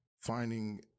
finding